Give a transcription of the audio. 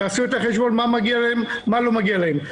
תעשו את החשבון מה מגיע להם, מה לא מגיע להם.